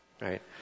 right